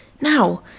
Now